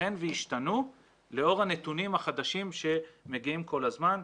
יתכן וישתנו לאור הנתונים החדשים שמגיעים כל הזמן.